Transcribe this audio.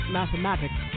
mathematics